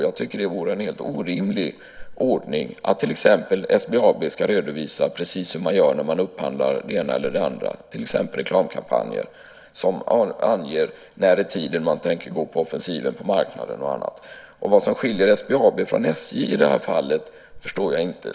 Jag tycker att det vore en helt orimlig ordning att till exempel SBAB skulle redovisa precis hur man gör när man upphandlar det ena eller det andra, till exempel reklamkampanjer, när i tiden man tänker gå på offensiven på marknaden och annat. Och vad som skiljer SBAB från SJ i det här fallet förstår jag inte.